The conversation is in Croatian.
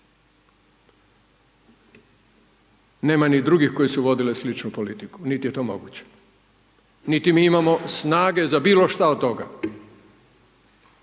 nema ni drugih koji su vodili sličnu politiku, niti je to moguće, niti mi imamo snage za bilo šta od toga.